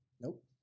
Nope